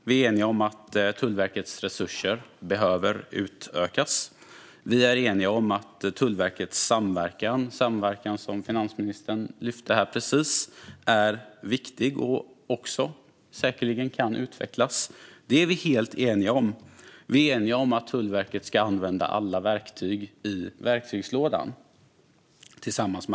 Vi är eniga om att Tullverkets resurser behöver utökas. Vi är helt eniga om att Tullverkets samverkan, som finansministern precis lyfte upp, är viktig och säkerligen kan utvecklas. Vi är eniga om att Tullverket tillsammans med andra myndigheter ska använda alla verktyg i verktygslådan.